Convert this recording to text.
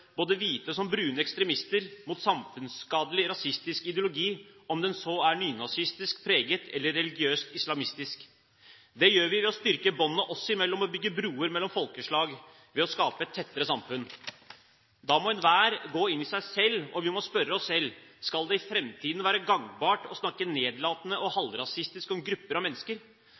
både hvite og brune ekstremister, mot samfunnsskadelig rasistisk ideologi – om den så er nynazistisk preget, religiøst preget eller islamistisk. Det gjør vi ved å styrke båndene oss imellom og bygge broer mellom folkeslag ved å skape et tettere samfunn. Da må enhver gå inn i seg selv, og vi må spørre oss selv: Skal det i fremtiden være gangbart å snakke nedlatende og halvrasistisk om grupper av mennesker?